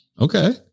Okay